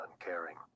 uncaring